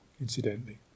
incidentally